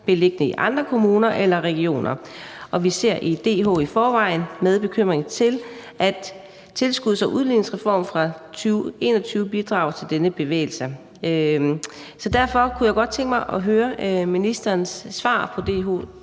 beliggende i andre kommuner eller regioner. Vi ser i DH i forvejen med bekymring, at tilskuds- og udligningsreformen fra 2021 bidrager til denne bevægelse.« Derfor kunne jeg godt tænke mig at høre ministerens svar på DH's